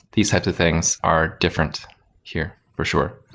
these types of things are different here for sure.